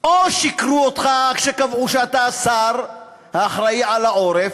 או ששיקרו לך כשקבעו שאתה השר האחראי על העורף.